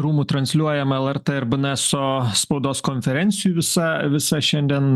rūmų transliuojama lrt ir bnėso spaudos konferencijų visa visa šiandien